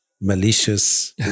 malicious